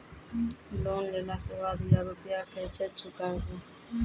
Loan लेला के बाद या रुपिया केसे चुकायाबो?